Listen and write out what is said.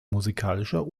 musikalischer